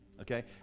Okay